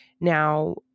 Now